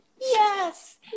yes